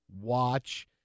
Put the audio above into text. Watch